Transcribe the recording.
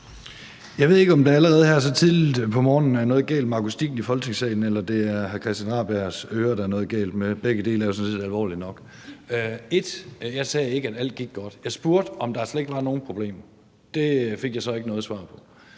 Jeg ved ikke, om der er allerede her så tidligt på morgenen er noget galt med akustikken i Folketingssalen, eller om det er hr. Christian Rabjerg Madsens ører, der er noget galt med – begge dele er jo sådan set alvorligt nok. Punkt 1: Jeg sagde ikke, at alt gik godt; jeg spurgte, om der slet ikke var nogen problemer. Det fik jeg så ikke noget svar på.